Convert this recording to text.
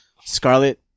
Scarlet